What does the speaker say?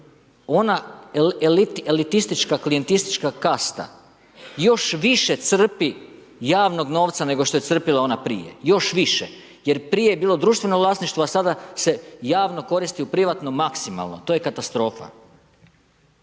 Ona elitistička, klijentistička kasta još više crpi javnog novca nego što je crpila ona prije, još više jer prije je bilo društveno vlasništvo a sada se javno koristi u privatno maksimalno, to je katastrofa.